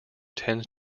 tends